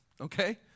okay